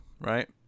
right